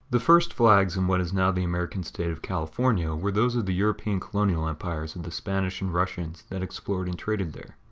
the first flags in what is now the american state of california were those of the european colonial empires of and the spanish and russians that explored and traded there.